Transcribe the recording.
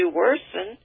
worsen